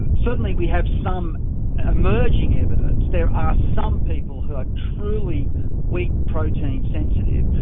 and certainly we have some emerging evidence there are some people who are truly wheat protein sensitive,